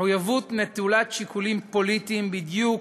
מחויבות נטולת שיקולים פוליטיים, בדיוק